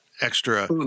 extra